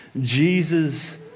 Jesus